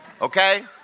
Okay